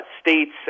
states